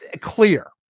clear